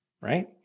right